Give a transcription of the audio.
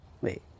Wait